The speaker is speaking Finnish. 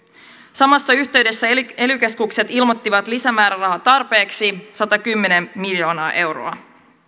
samassa yhteydessä ely ely keskukset ilmoittivat lisämäärärahan tarpeeksi satakymmentä miljoonaa euroa